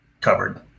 covered